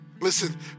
Listen